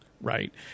right